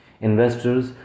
investors